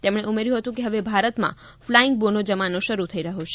તેમણે ઉમેર્યું હતું કે હવે ભારતમાં ફ્લાઇંગ બો નો જમાનો શરૂ થઈ રહ્યો છે